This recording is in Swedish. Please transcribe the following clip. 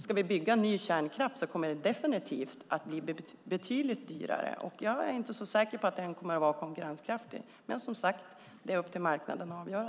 Ska vi bygga ny kärnkraft kommer den definitivt att bli betydligt dyrare, och jag är inte så säker på att den kommer att vara konkurrenskraftig. Men, som sagt, det är upp till marknaden att avgöra.